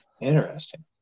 Interesting